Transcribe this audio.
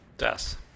Yes